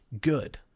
good